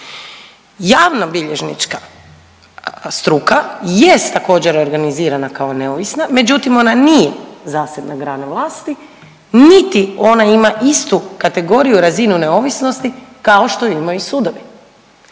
Javnobilježnička struka jest također organizirana kao neovisna međutim ona nije zasebna grana vlasti, niti ona ima istu kategoriju i razinu neovisnosti kao što je imaju sudovi.